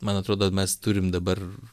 man atrodo mes turim dabar